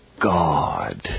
God